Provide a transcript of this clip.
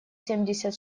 семьдесят